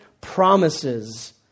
promises